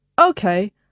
Okay